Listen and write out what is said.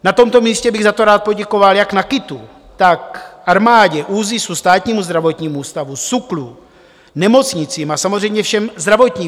Na tomto místě bych za to rád poděkoval jak NAKITu, tak armádě, ÚZISu, Státnímu zdravotnímu ústavu, SÚKLu, nemocnicím a samozřejmě všem zdravotníkům.